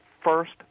first